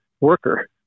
worker